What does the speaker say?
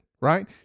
right